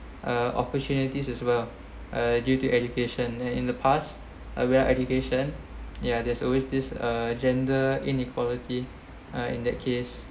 uh opportunities as well uh due to education and in the past I where education ya there's always this uh gender inequality are in that case